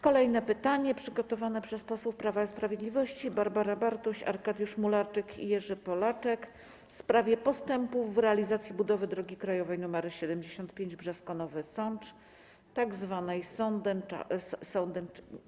Kolejne pytanie przygotowane przez posłów Prawa i Sprawiedliwości Barbarę Bartuś, Arkadiusza Mularczyka i Jerzego Polaczka w sprawie postępów w realizacji budowy drogi krajowej nr 75 Brzesko - Nowy Sącz, tak zwanej... Sądeczanki.